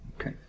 Okay